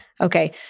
Okay